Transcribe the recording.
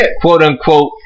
quote-unquote